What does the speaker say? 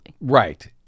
Right